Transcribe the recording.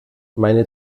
meine